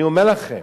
אני אומר לכם,